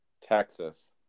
Texas